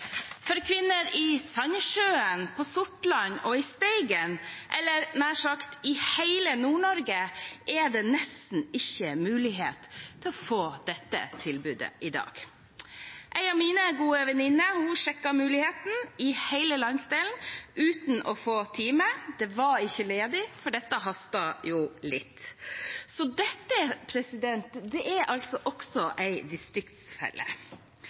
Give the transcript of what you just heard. For kvinner i Sandnessjøen, på Sortland og i Steigen, eller nær sagt i hele Nord-Norge, er det nesten ikke mulig å få dette tilbudet i dag. En av mine gode venninner sjekket muligheten i hele landsdelen uten å få time. Det var ikke ledig, for dette hastet jo litt. Så dette er også en distriktsfelle. I dag får kvinner i nord også